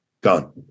gone